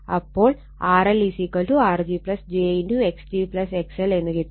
അപ്പോൾ RL R g j X g XL എന്ന് കിട്ടും